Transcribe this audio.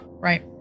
Right